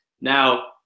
Now